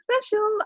special